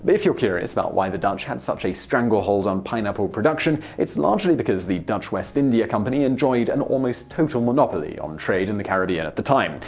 if you're curious about why the dutch had such a stranglehold on pineapple production, it's largely because the dutch west india company enjoyed an almost total monopoly on trade in the caribbean at the time,